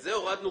זה כבר הורדנו.